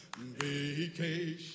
vacation